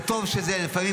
זה טוב שזה לפעמים,